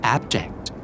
Abject